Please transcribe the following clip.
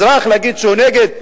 אזרח שיגיד שהוא נגד.